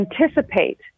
anticipate